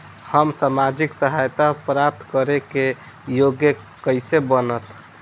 हम सामाजिक सहायता प्राप्त करे के योग्य कइसे बनब?